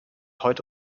heute